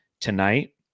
tonight